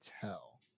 tell